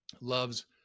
loves